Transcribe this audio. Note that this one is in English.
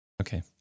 Okay